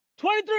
23